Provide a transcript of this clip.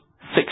six